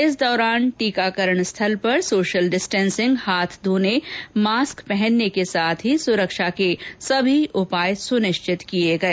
इस दौरान टीकाकरण स्थल पर सोशल डिस्टेसिंग हाथ धोने मास्क पहनने के साथ ही सुरक्षा के सभी उपाय सुनिश्चित किए गए